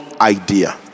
idea